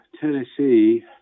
tennessee